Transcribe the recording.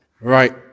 Right